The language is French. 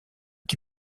qui